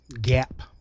gap